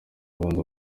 burundi